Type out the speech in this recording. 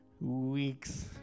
weeks